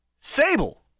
Sable